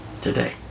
today